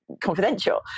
confidential